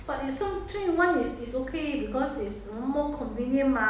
I don't know leh I don't like three in one only last time lah